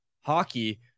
hockey